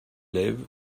lève